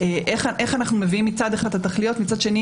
איך אנחנו מביאים מצד אחד את התכליות, מצד שני